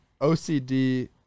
OCD